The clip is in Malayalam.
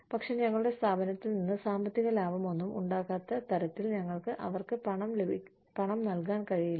പക്ഷേ ഞങ്ങളുടെ സ്ഥാപനത്തിൽ നിന്ന് സാമ്പത്തിക ലാഭമൊന്നും ഉണ്ടാക്കാത്ത തരത്തിൽ ഞങ്ങൾക്ക് അവർക്ക് പണം നൽകാൻ കഴിയില്ല